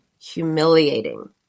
humiliating